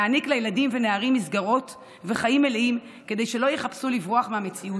להעניק לילדים ונערים מסגרות וחיים מלאים כדי שלא יחפשו לברוח מהמציאות,